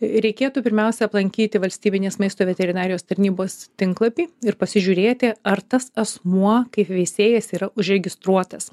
reikėtų pirmiausia aplankyti valstybinės maisto veterinarijos tarnybos tinklapį ir pasižiūrėti ar tas asmuo kaip veisėjas yra užregistruotas